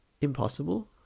impossible